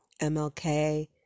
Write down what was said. MLK